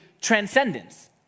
transcendence